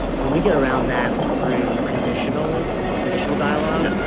and we get around that through conditional conditional dialogue.